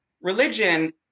Religion